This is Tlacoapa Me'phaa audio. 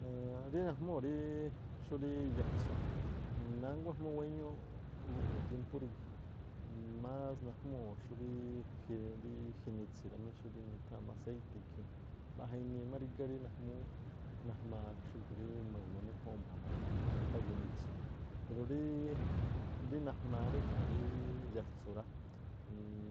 Ann- rí najmúu̱ ríí xurí yatsu̱, nánguá ejmúú wéñúúꞌ gu̱ꞌju̱ tiémpú más najmúu̱ rí jinitsi̱ rá mí xúrí nutháa̱n má aseíti̱ ikhii̱n, mbaꞌjiin inii má rígá rí najmúú najmaa xúgi̱ rí magu̱ma méjúúnꞌ jma̱a mbá ginitsu pero ríí najmaa jma̱a rí ya̱tsu̱ rá.